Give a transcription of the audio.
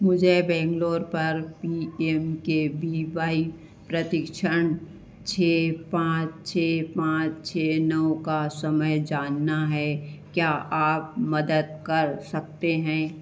मुझे बैंगलोर पर P M K B Y प्रतिक्षण छः पाँच छः पाँच छः नौ का समय जानना है क्या आप मदद कर सकते हैं